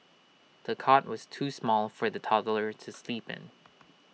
the cot was too small for the toddler to sleep in